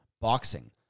boxing